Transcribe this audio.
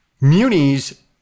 Munis